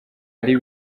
ari